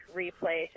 replay